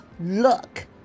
look